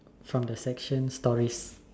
from the section stories